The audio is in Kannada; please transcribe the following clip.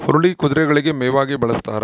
ಹುರುಳಿ ಕುದುರೆಗಳಿಗೆ ಮೇವಾಗಿ ಬಳಸ್ತಾರ